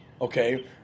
Okay